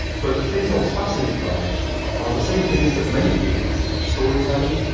but the things i was fascinated by are the same things that many people are fascinated by storytelling,